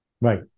Right